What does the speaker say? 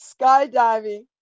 skydiving